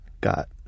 got